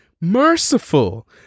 merciful